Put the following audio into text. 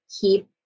keep